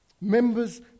Members